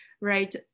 right